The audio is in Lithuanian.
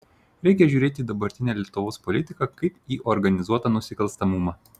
reikia žiūrėti į dabartinę lietuvos politiką kaip į organizuotą nusikalstamumą